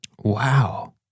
Wow